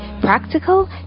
practical